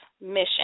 mission